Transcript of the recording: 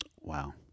Wow